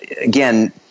Again